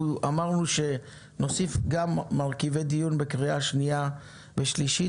אנחנו אמרנו שנוסיף גם מרכיבי דיון בקריאה שנייה ושלישית,